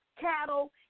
cattle